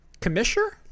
commissioner